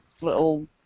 little